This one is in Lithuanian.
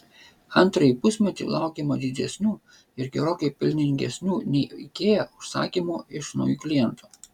antrąjį pusmetį laukiama didesnių ir gerokai pelningesnių nei ikea užsakymų iš naujų klientų